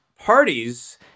parties